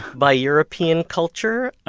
by european culture.